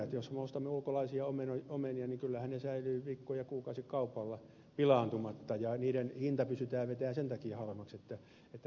jos me ostamme ulkolaisia omenoita niin kyllähän ne säilyvät viikko ja kuukausikaupalla pilaantumatta ja niiden hinta pystytään vetämään sen takia halvemmaksi kun hävikkiä ei synny